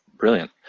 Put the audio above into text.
Brilliant